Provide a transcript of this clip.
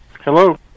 Hello